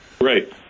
Right